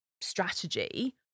strategy